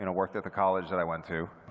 and worked at the college that i went to,